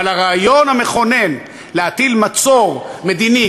אבל הרעיון המכונן להטיל מצור מדיני,